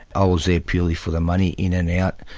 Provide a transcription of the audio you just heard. i was there purely for the money, in and out,